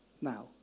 now